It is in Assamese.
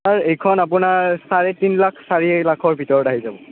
ছাৰ এইখন আপোনাৰ চাৰে তিনি লাখ চাৰি লাখৰ ভিতৰত আহি যাব